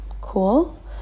cool